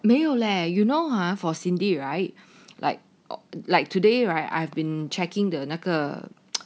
没有 leh you know ah for cindy right like like today right I've been checking the 那个